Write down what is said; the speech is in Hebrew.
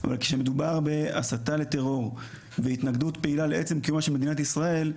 אבל כשמדובר בהסתה לטרור והתנגדות פעילה לעצם קיומה של שמדינת ישראל,